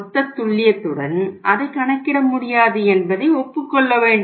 மொத்த துல்லியத்துடன் அதை கணக்கிடமுடியாது என்பதை ஒப்புக்கொள்ளவேண்டும்